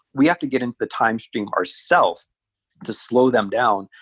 we have to get into the timestream ourselves to slow them down,